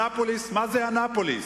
אנאפוליס, מה זה אנאפוליס?